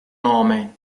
nome